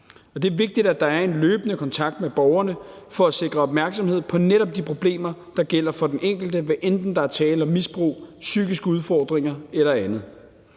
det er vigtigt, at der er en løbende kontakt med borgerne for at sikre opmærksomhed på netop de problemer, der gælder for den enkelte, hvad enten der er tale om misbrug, psykiske udfordringer eller andet.